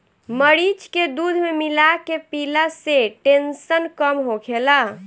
मरीच के दूध में मिला के पियला से टेंसन कम होखेला